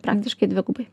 praktiškai dvigubai